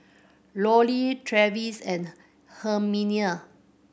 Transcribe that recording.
Lollie Travis and Herminia